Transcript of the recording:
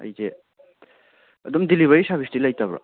ꯑꯩꯁꯦ ꯑꯗꯨꯝ ꯗꯦꯂꯤꯕꯔꯤ ꯁꯥꯔꯚꯤꯁꯇꯤ ꯂꯩꯇꯕ꯭ꯔꯣ